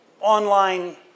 online